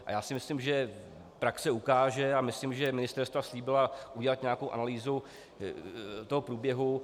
A já si myslím, že praxe ukáže, a myslím, že ministerstva slíbila udělat nějakou analýzu toho průběhu.